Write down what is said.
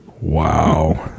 Wow